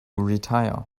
retire